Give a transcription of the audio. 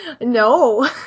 No